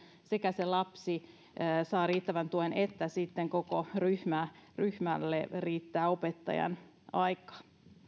sekä lapsi saa riittävän tuen että koko ryhmälle riittää opettajan aikaa